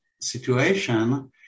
situation